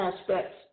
aspects